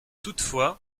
toutefois